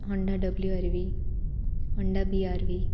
Honda W R V Honda B R V